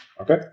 Okay